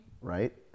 right